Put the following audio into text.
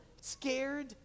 scared